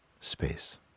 space